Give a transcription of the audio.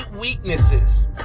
weaknesses